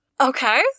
Okay